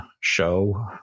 show